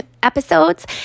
episodes